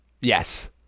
Yes